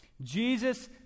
Jesus